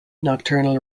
nocturnal